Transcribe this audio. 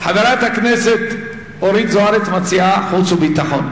חברת הכנסת זוארץ מציעה חוץ וביטחון.